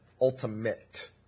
ultimate